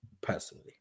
personally